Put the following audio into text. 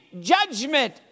judgment